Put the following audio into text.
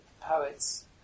poets